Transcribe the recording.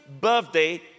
birthday